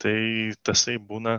tai tasai būna